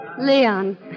Leon